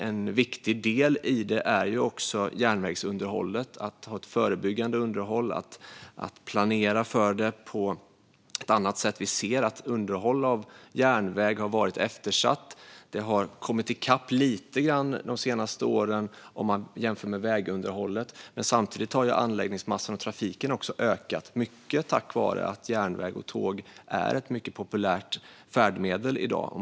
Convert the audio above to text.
En viktig del är järnvägsunderhållet, att ha ett förebyggande underhåll och att planera för det på ett annat sätt. Vi ser att underhållet av järnväg har varit eftersatt. Det har kommit ikapp lite grann de senaste åren jämfört med vägunderhållet, men samtidigt har anläggningsmassan och trafiken ökat, mycket tack vare att järnväg och tåg är ett populärt färdmedel i dag.